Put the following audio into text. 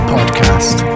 Podcast